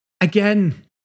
again